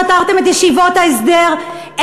פטרתם את ישיבות ההסדר,